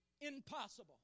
impossible